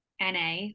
NA